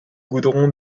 goudron